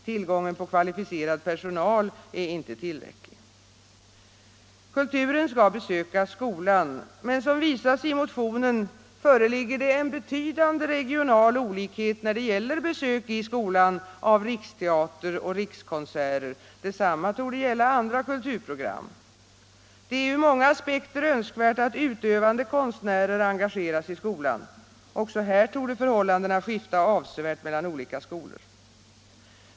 Tillgången på kvalificerad personal är inte tillräcklig. Kulturen skall besöka skolan. Men som visas i motionen föreligger en betydande regional olikhet då det gäller besök i skolan av riksteater och rikskonserter; detsamma torde gälla andra kulturprogram. Det är ur många aspekter önskvärt att utövande konstnärer engageras i skolan — också här torde förhållandena skifta avsevärt mellan olika skolor.